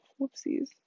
Whoopsies